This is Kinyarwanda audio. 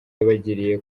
yabagiriye